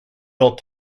built